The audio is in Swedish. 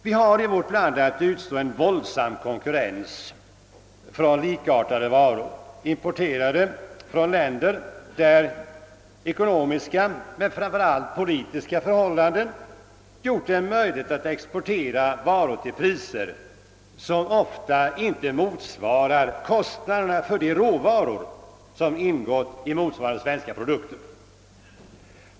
Vi har i vårt land att utstå en våldsam konkurrens från likartade varor, importerade från länder där ekonomiska men framför allt politiska förhållanden gjort det möjligt att exportera varor till priser, som ofta inte ens motsvarar kostnaderna för de råvaror som ingått i motsvarande svenska produkter.